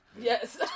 Yes